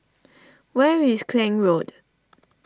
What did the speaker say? where is Klang Road